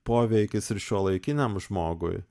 poveikis ir šiuolaikiniam žmogui